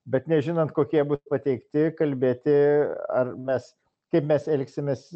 bet nežinant kokie bus pateikti kalbėti ar mes kaip mes elgsimės